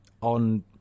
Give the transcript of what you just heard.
on